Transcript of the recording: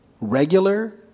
regular